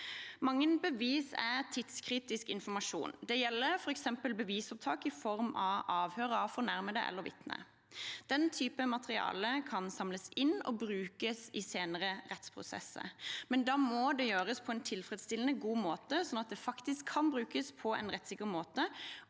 Mange bevis er tidskritisk informasjon. Det gjelder f.eks. bevisopptak i form av avhør av fornærmede eller vitner. Den type materiale kan samles inn og brukes i senere rettsprosesser, men da må det gjøres på en tilfredsstillende god måte, sånn at det faktisk kan brukes på en rettssikker måte,